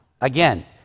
Again